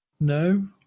No